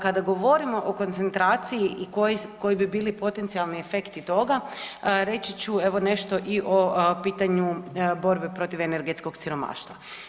Kada govorimo o koncentraciji i koji bi bili potencijalni efekti toga, reći ću evo nešto i o pitanju borbe protiv energetskog siromaštva.